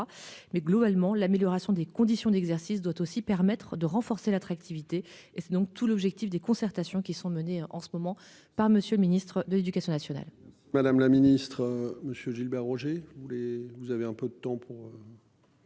Mais globalement, l'amélioration des conditions d'exercice doit aussi permettre de renforcer l'attractivité et c'est donc tout l'objectif des concertations qui sont menées en ce moment par monsieur le ministre de l'Éducation nationale. Madame la ministre, monsieur Gilbert Roger. Vous voulez vous avez un peu de temps pour.